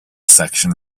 section